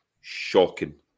shocking